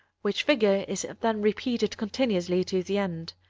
which figure is then repeated continuously to the end.